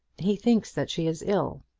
he thinks that she is ill.